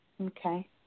Okay